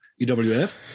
EWF